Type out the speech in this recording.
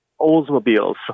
Oldsmobiles